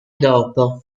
dopo